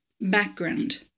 Background